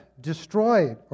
destroyed